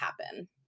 happen